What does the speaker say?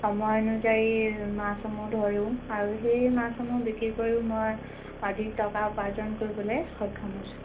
সময় অনুযায়ী মাছসমূহ ধৰোঁ আৰু সেই মাছসমূহ বিক্ৰী কৰিও মই অধিক টকা উপাৰ্জন কৰিবলৈ সক্ষম হৈছোঁ